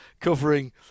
Covering